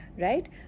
right